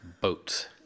Boats